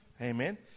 amen